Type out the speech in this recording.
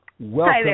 Welcome